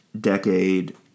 decade